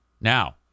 Now